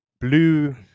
blue